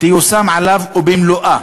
תיושם עליו, ובמלואה.